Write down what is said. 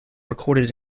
recorded